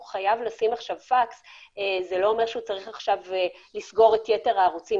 חייב לשים עכשיו פקס זה לא אומר שהוא צריך לסגור את יתר הערוצים.